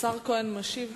סגן השר כהן משיב.